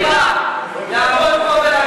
זה מה שאתה עושה.